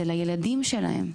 זה לילדים שלהם.